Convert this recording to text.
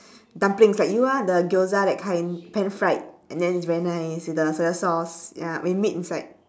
dumpling like you ah the gyoza that kind pan-fried and then it's very nice with the soya-sauce ya with meat inside